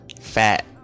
Fat